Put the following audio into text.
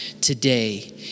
today